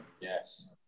Yes